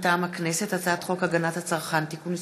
מטעם הכנסת: הצעת חוק הגנת הצרכן (תיקון מס'